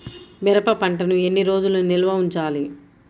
మిరప పంటను ఎన్ని రోజులు నిల్వ ఉంచాలి?